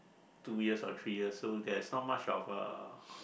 two years or three years so there's not much of uh